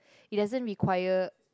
it doesn't require